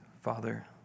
Father